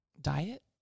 Diet